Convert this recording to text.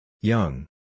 Young